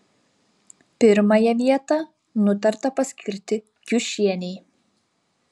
pirmąją vietą nutarta paskirti kiušienei